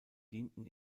dienten